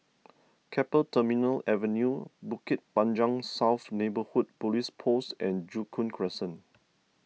Keppel Terminal Avenue Bukit Panjang South Neighbourhood Police Post and Joo Koon Crescent